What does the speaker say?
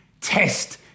test